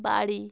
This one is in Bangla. বাড়ি